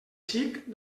xic